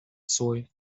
soy